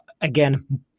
again